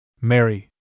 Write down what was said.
Mary